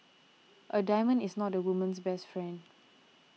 a diamond is not a woman's best friend